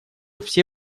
все